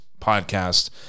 podcast